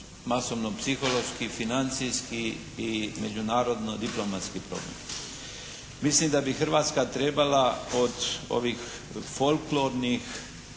masovno psihološki, financijski i međunarodno diplomatski problem. Mislim da bi Hrvatska trebala od ovih folklornih,